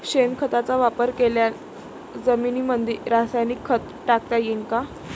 शेणखताचा वापर केलेल्या जमीनीमंदी रासायनिक खत टाकता येईन का?